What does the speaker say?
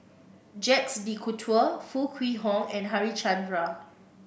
Jacques De Coutre Foo Kwee Horng and Harichandra